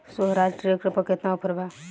सोहराज tractor पर केतना offer बा?